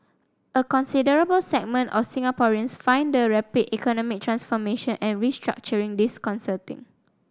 a considerable segment of Singaporeans find the rapid economic transformation and restructuring disconcerting